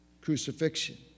crucifixion